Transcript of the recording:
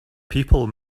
people